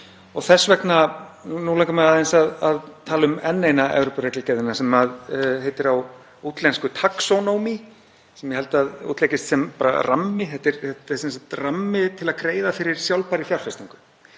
Þess vegna langar mig að tala um enn eina Evrópureglugerðina sem heitir á útlensku „Taxonomy“, sem ég held að útleggist sem rammi, þetta er sem sagt rammi til að greiða fyrir sjálfbærri fjárfestingu